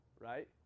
right